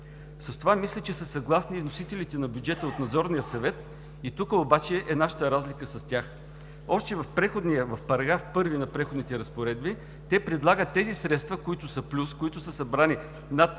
С това мисля, че са съгласни и вносителите на бюджета от Надзорния съвет, и тук обаче е нашата разлика с тях. Още в § 1 на Преходните разпоредби те предлагат тези средства, които са в плюс, които са събрани над споменатите